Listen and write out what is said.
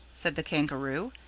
said the kangaroo,